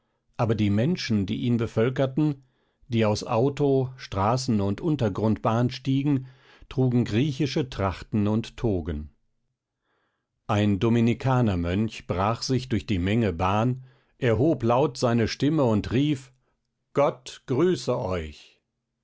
aber die menschen die ihn bevölkerten die aus auto straßen und untergrundbahn stiegen trugen griechische trachten und togen ein dominikanermönch brach sich durch die menge bahn erhob laut seine stimme und rief gott grüße euch